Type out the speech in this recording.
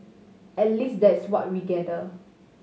at least that's what we gather